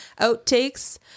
outtakes